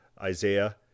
Isaiah